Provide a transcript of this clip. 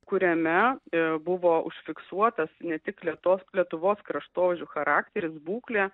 kuriame ir buvo užfiksuotas ne tik lėtos lietuvos kraštovaizdžio charakteris būklė